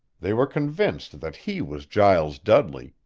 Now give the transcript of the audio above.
they were convinced that he was giles dudley,